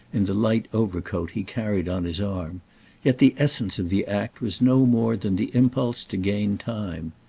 in the light overcoat he carried on his arm yet the essence of the act was no more than the impulse to gain time.